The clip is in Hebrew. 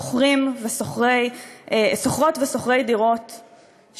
חברת הכנסת סתיו שפיר, בבקשה.